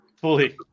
fully